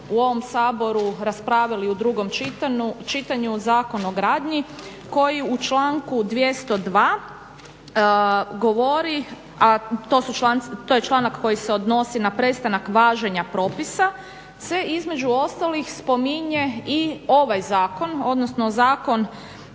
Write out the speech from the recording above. u ovom Saboru raspravili u drugom čitanju Zakon o gradnji koji u članku 202.govori a to je članak koji se odnosi na prestanak važenja propisa se između ostalih i spominje ovaj zakon odnosno Zakon